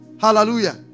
Hallelujah